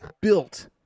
built